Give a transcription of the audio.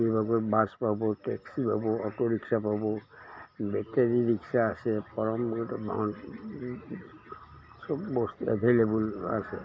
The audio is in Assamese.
নিগমৰ বাছ পাব টেক্সি পাব অ'টো ৰিক্সা পাব বেটেৰী ৰিক্সা আছে বহন চব বস্তুৱে এভেইলেবল আছে